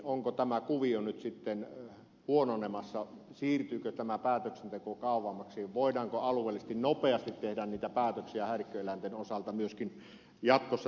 onko tämä kuvio nyt sitten huononemassa siirtyykö tämä päätöksenteko kauemmaksi voidaanko alueellisesti nopeasti tehdä niitä päätöksiä häirikköeläinten osalta myöskin jatkossa